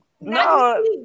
no